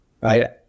right